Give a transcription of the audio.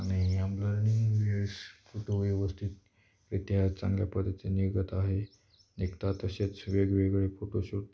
आणि ब्लर्निंग वेळेस फोटो व्यवस्थितरीत्या चांगल्या पद्धतीने निघत आहे निघतात तसेच वेगवेगळे फोटोशूट